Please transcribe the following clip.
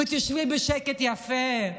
שבי בשקט יפה,